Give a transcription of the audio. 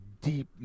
deep